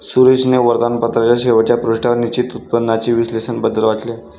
सुरेशने वर्तमानपत्राच्या शेवटच्या पृष्ठावर निश्चित उत्पन्नाचे विश्लेषण बद्दल वाचले